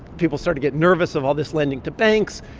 people start to get nervous of all this lending to banks,